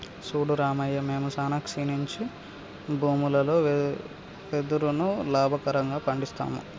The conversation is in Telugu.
సూడు రామయ్య మేము సానా క్షీణించి భూములలో వెదురును లాభకరంగా పండిస్తాము